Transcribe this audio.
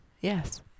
Yes